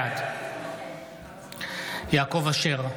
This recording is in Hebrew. בעד יעקב אשר,